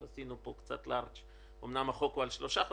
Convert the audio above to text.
היינו פה קצת לארג'ים אומנם החוק הוא על שלושה חודשים,